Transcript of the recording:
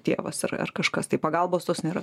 tėvas ar ar kažkas tai pagalbos tos nėra